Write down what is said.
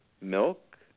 milk